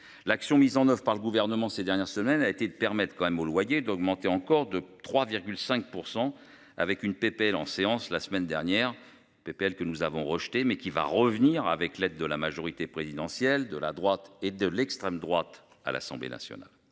l'action mises en oeuvre par le gouvernement ces dernières semaines a été de permettent quand même au loyer d'augmenter encore de 3 5 % avec une PPL en séance la semaine dernière PPL que nous avons rejeté mais qui va revenir avec l'aide de la majorité présidentielle de la droite et de l'extrême droite à l'Assemblée nationale.